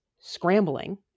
scrambling